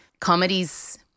comedies